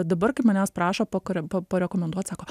dabar kai manęs prašo pakore pa parekomenduot sako